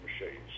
machines